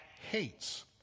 hates